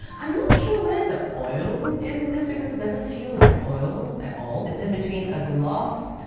i'm not sure where the oil is in this because it doesn't feel like oil at all? it's in between a gloss,